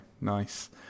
nice